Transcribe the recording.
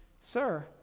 Sir